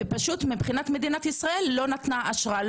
ומדינת ישראל לא נתנה אשרה.